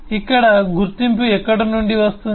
ఇక్కడ గుర్తింపు ఎక్కడ నుండి వస్తుంది